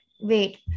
Wait